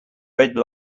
red